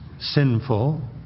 sinful